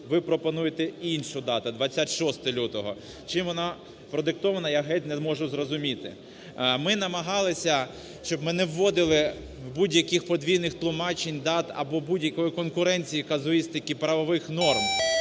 Ви пропонуєте іншу дату: 26 лютого. Чим вона продиктована, я геть не можу зрозуміти. Ми намагалися, щоб ми не вводили будь-яких тлумачень, дат або будь-якої конкуренції, казуїстики і правових норм.